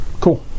Cool